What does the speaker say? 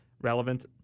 relevant